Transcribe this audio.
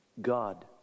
God